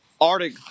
arctic